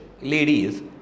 ladies